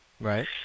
Right